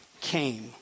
came